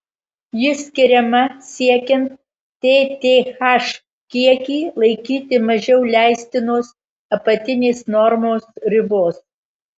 ji skiriama siekiant tth kiekį laikyti mažiau leistinos apatinės normos ribos